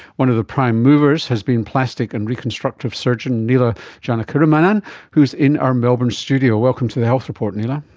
one of the prime movers has been plastic and reconstructive surgeon neela janakiramanan who is in our melbourne studio. welcome to the health report neela.